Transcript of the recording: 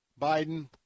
Biden